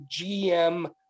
gm